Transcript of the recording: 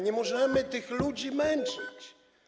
Nie możemy tych ludzi męczyć.